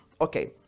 Okay